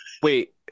Wait